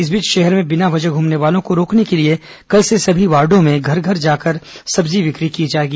इस बीच शहर में बिना वजह घूमने वालों को रोकने के लिए कल से सभी वॉर्डो में घर घर जाकर सब्जी बिक्री की जाएगी